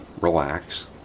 relax